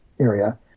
area